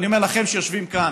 אני אומר לכם שיושבים כאן: